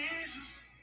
Jesus